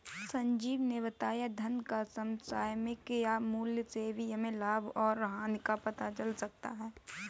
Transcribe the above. संजीत ने बताया धन का समसामयिक मूल्य से ही हमें लाभ और हानि का पता चलता है